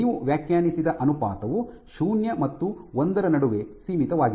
ನೀವು ವ್ಯಾಖ್ಯಾನಿಸಿದ ಅನುಪಾತವು ಶೂನ್ಯ ಮತ್ತು ಒಂದರ ನಡುವೆ ಸೀಮಿತವಾಗಿದೆ